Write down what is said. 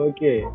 Okay